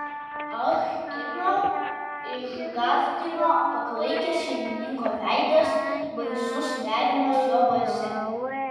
ah kiną išgąsdino paklaikęs šeimininko veidas baisus nerimas jo balse